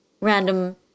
random